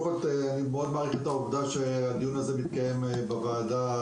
אני מעריך מאוד את העובדה שהדיון הזה מתקיים בוועדה